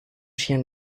chien